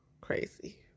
crazy